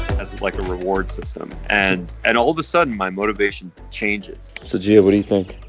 as like a reward system and and all of a sudden, my motivation changes. so geo, what do you think?